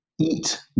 eat